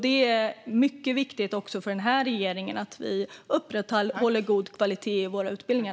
Det är mycket viktigt också för den här regeringen att vi upprätthåller god kvalitet i våra utbildningar.